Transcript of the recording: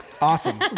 Awesome